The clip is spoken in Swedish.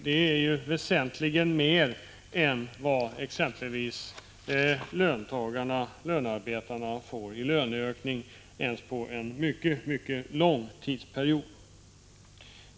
Det är ju väsentligt mer än vad exempelvis lönarbetarna får i löneökning ens under en mycket lång tidsperiod.